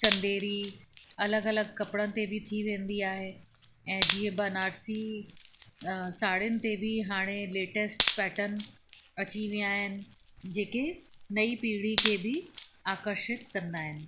चंदेरी अलॻि अलॻि कपिड़नि ते बि थी वेंदी आहे ऐं जीअं बनारसी साड़ियुनि ते बि हाणे लेटस्ट पैटर्न अची विया आहिनि जेके नई पीढ़ी खे बि आकर्षित कंदा आहिनि